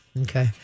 Okay